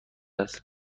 است